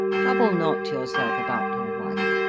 trouble not yourself about your wife,